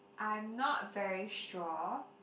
I'm not very sure